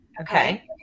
Okay